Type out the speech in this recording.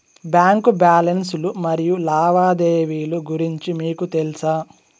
Bank balance లు మరియు లావాదేవీలు గురించి మీకు తెల్సా?